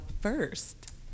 first